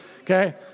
Okay